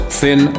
thin